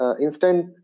instant